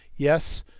yes,